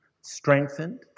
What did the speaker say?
strengthened